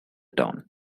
town